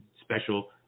special